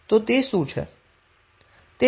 તો તે શું છે